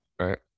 right